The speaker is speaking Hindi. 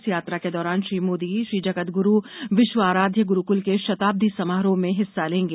इस यात्रा के दौरान श्री मोदी श्रीजगदगुरू विश्वाराध्य गुरूकल के शताब्दी समारोह में हिस्सा लेंगे